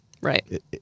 Right